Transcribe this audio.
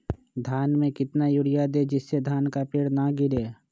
धान में कितना यूरिया दे जिससे धान का पेड़ ना गिरे?